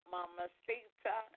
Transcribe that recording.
Mamacita